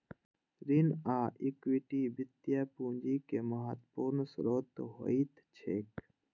ऋण आ इक्विटी वित्तीय पूंजीक महत्वपूर्ण स्रोत होइत छैक